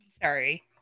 Sorry